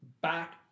back